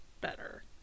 better